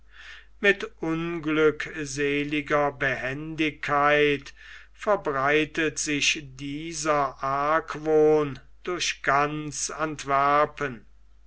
mit unglückseliger behendigkeit verbreitet sich dieser argwohn durch ganz antwerpen